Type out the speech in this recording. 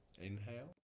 Inhale